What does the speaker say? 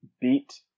beat